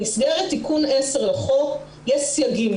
במסגרת תיקון 10 לחוק יש סייגים,